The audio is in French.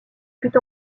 fut